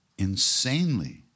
insanely